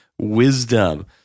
wisdom